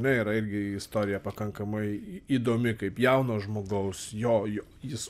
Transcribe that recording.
ne yra irgi istorija pakankamai įdomi kaip jauno žmogaus jo jo jis